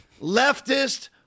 leftist